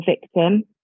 victim